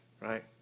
right